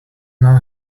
know